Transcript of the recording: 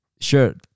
Sure